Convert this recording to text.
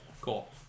Cool